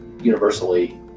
universally